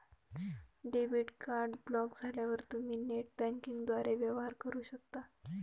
debit card block झाल्यावर तुम्ही net बँकिंगद्वारे वेवहार करू शकता